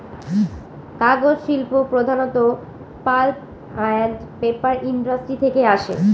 কাগজ শিল্প প্রধানত পাল্প আন্ড পেপার ইন্ডাস্ট্রি থেকে আসে